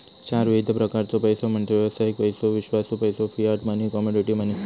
चार विविध प्रकारचो पैसो म्हणजे व्यावसायिक पैसो, विश्वासू पैसो, फियाट मनी, कमोडिटी मनी